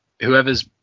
Whoever's